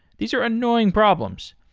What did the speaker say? these are annoying problems.